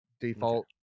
default